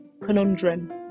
conundrum